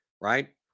right